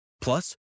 Plus